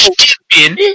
Stupid